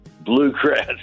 bluegrass